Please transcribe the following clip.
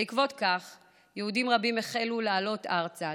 בעקבות זאת יהודים רבים החלו לעלות ארצה,